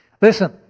Listen